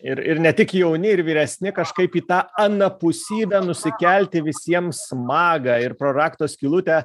ir ir ne tik jauni ir vyresni kažkaip į tą anapusybę nusikelti visiems maga ir pro rakto skylutę